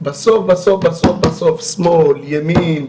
בסוף בסוף שמאל, ימין,